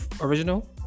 original